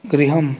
गृहम्